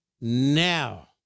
now